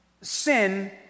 sin